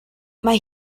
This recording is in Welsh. mae